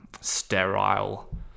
sterile